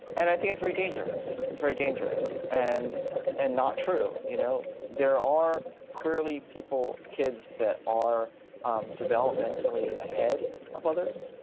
and i think it's very dangerous, that's very dangerous and and not true. you know, there are clearly people, kids that are um developmentally ahead of others,